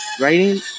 Writing